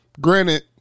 granted